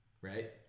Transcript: Right